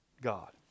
God